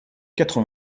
quatre